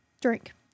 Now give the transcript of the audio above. drink